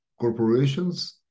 corporations